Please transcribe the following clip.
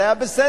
זה היה בסדר.